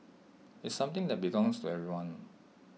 it's something that belongs to everyone